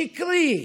שקרי.